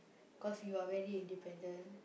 cause you are very independent